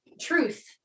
truth